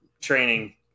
training